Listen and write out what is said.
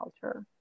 culture